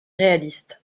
réalistes